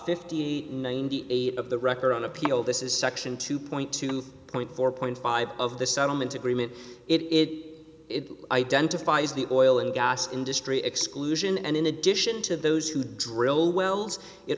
fifty ninety eight of the record on appeal this is section two point two point four point five of the settlement agreement it identifies the oil and gas industry exclusion and in addition to those who drill wells it